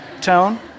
tone